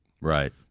Right